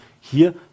hier